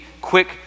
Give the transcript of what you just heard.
quick